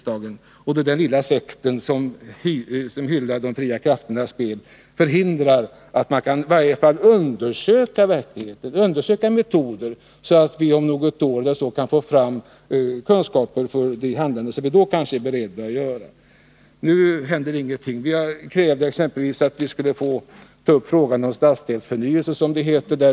Den lilla sekt som hyllar de fria krafternas spel förhindrar att man i varje fall undersöker hur det hela verkligen fungerar, att man undersöker de metoder som tillämpas, så att vi om något år kan få fram kunskaper för det handlande som vi kanske är beredda att gå in på då. Nu händer ingenting. Vi krävde exempelvis att vi skulle få ta upp frågan om stadsdelsförnyelse, som det heter.